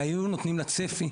והיו נותנים לה צפי,